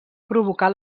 provocar